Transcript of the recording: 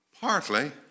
Partly